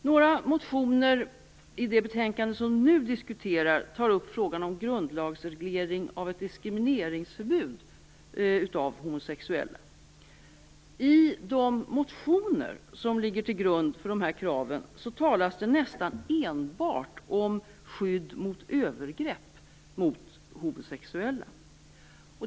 Några motioner i det betänkande som vi nu diskuterar tar upp frågan om grundlagsreglering av ett förbud mot diskriminering av homosexuella. I de motioner som ligger till grund för de här kraven talas det nästan enbart om skydd mot övergrepp mot homosexuella.